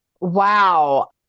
Wow